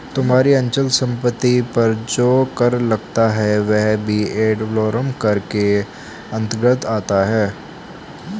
तुम्हारी अचल संपत्ति पर जो कर लगता है वह भी एड वलोरम कर के अंतर्गत आता है